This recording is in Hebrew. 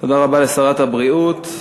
תודה רבה לשרת הבריאות.